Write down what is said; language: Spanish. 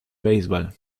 baseball